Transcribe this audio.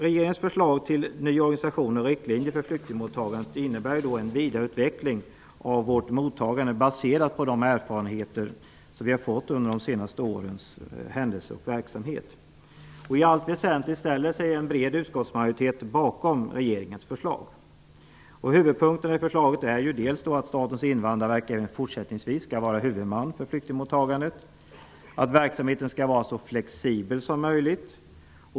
Regeringens förslag till ny organisation och riktlinjer för flyktingmottagandet innebär en vidareutveckling av vårt mottagande. Förslaget är baserat på de erfarenheter som vi har fått under de senaste årens verksamhet. I allt väsentligt ställer sig en bred utskottsmajoritet bakom regeringens förslag. Huvudpunkten i förslaget är att Statens invandrarverk även fortsättningsvis skall vara huvudman för flyktingmottagandet och att verksamheten skall vara så flexibel som möjligt.